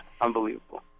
unbelievable